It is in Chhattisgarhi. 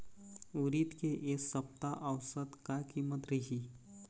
उरीद के ए सप्ता औसत का कीमत रिही?